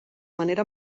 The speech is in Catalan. manera